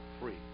free